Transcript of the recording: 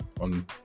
on